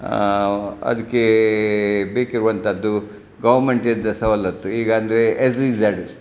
ಅದಕ್ಕೆ ಬೇಕಿರುವಂಥದ್ದು ಗೋರ್ಮೆಂಟಿಂದ ಸವಲತ್ತು ಈಗೆಂದರೆ ಎಸ್ ಸಿ ಝಡ್